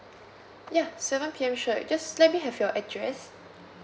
yeah seven P_M sure just let me have your address